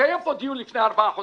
התקיים פה דיון לפני ארבעה חודשים,